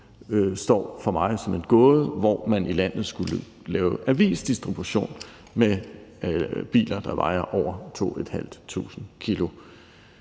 gåde for mig, hvor man i landet skulle lave avisdistribution med biler, der vejer over 2.500 kg.